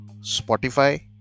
Spotify